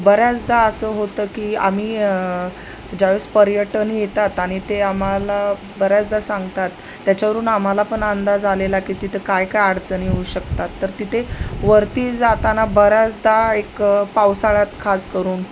बऱ्याचदा असं होतं की आम्मी ज्यावेळेस पर्यटन येतात आणि ते आम्हाला बऱ्याचदा सांगतात त्याच्यावरून आम्हाला पण अंदाज आलेला की तिथं काय काय अडचणी होऊ शकतात तर तिथे वरती जाताना बऱ्याचदा एक पावसाळ्यात खास करून